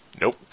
Nope